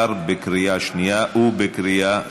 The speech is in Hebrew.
עברה בקריאה שנייה ובקריאה שלישית.